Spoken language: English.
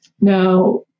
Now